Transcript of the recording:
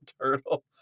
turtle